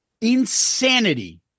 insanity